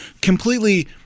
completely